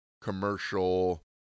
commercial